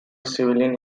civilian